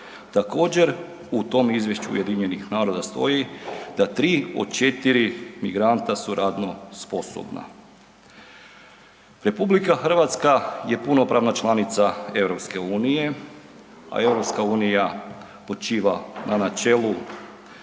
Također u tom izvješću UN-a stoji da 3 od 4 migranta su radno sposobna. RH je punopravna članica EU-a a EU počiva na načelu